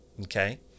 okay